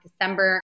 December